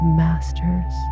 masters